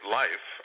life